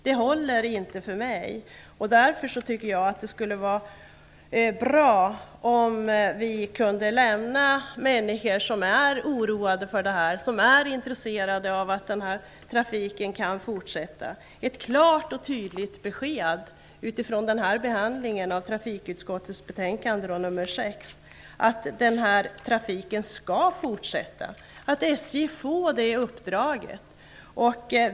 Det håller inte för mig. Därför vore det bra om vi kunde lugna de människor som är oroade för detta och som är intresserade av att den här trafiken kan fortsätta. De borde kunna få ett klart och tydligt besked, utifrån den här behandlingen av trafikutskottets betänkande nr 6, om att den här trafiken skall fortsätta, att SJ får det uppdraget.